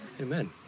Amen